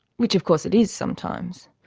which of course it is sometimes.